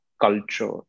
culture